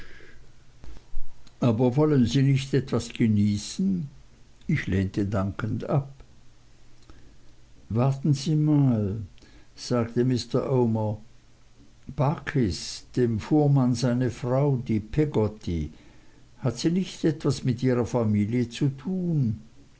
aber wollen sie nicht etwas genießen ich lehnte dankend ab warten sie mal sagte mr omer barkis dem fuhrmann seine frau die peggotty hat sie nicht was mit ihrer familie zu tun